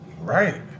Right